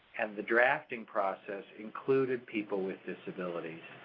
and the drafting process included people with disabilities.